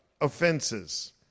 offenses